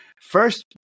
first